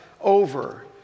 over